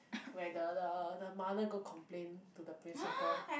where the the the mother go complain to the principle